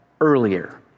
earlier